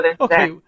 Okay